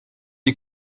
die